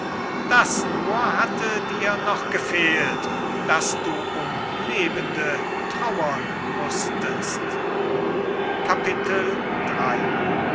das nur hatte dir noch gefehlt daß du um lebende trauern mußtest iii